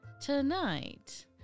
Tonight